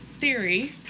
theory